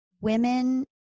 women